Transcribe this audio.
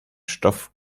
stoff